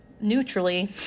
neutrally